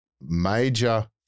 major